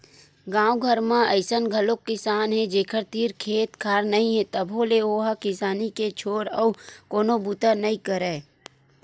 गाँव घर म अइसन घलोक किसान हे जेखर तीर खेत खार नइ हे तभो ले ओ ह किसानी के छोर अउ कोनो बूता नइ करय